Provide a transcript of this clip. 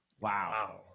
wow